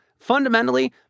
Fundamentally